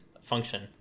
function